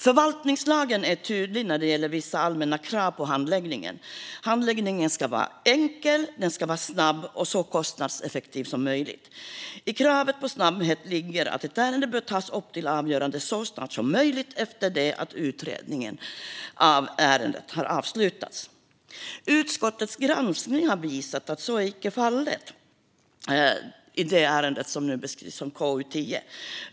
Förvaltningslagen är tydlig när det gäller vissa allmänna krav på handläggningen. Handläggningen ska vara enkel och snabb och så kostnadseffektiv som möjligt. I kravet på snabbhet ligger att ett ärende bör tas upp till avgörande så snart som möjligt efter det att utredningen av ärendet avslutats. Utskottets granskning har visat att så icke är fallet, vilket beskrivs i betänkandet KU10.